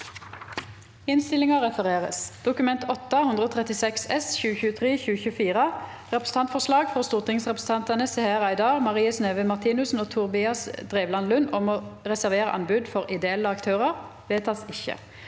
v e d t a k : Dokument 8:136 S (2023–2024) – Representantforslag fra stortingsrepresentantene Seher Aydar, Marie Sneve Martinussen og Tobias Drevland Lund om å reservere anbud for ideelle aktører – vedtas ikke.